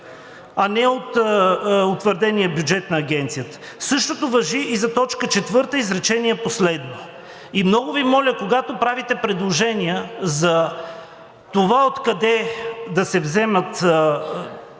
а не от утвърдения бюджет на Агенцията.“ Същото важи и за точка четвърта, изречение последно. Много Ви моля, когато правите предложения за това откъде да се вземат